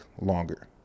longer